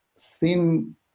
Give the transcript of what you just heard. thin